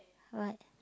what